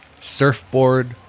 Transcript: surfboard